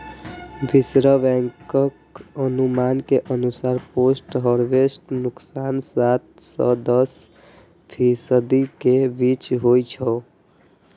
विश्व बैंकक अनुमान के अनुसार पोस्ट हार्वेस्ट नुकसान सात सं दस फीसदी के बीच होइ छै